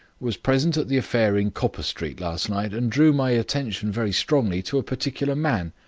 was present at the affair in copper street last night, and drew my attention very strongly to a particular man.